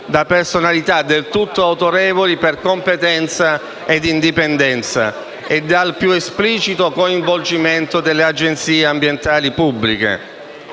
da personalità del tutto autorevoli per competenza ed indipendenza e dal più esplicito coinvolgimento delle agenzie ambientali pubbliche.